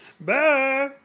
Bye